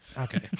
Okay